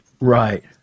right